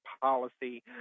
policy